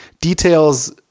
details